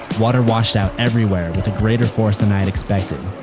water washed out everywhere with a greater force than i expected.